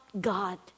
God